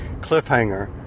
cliffhanger